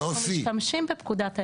אנחנו משתמשים בפקודת היערות,